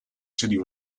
city